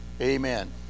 amen